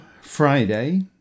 Friday